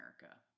America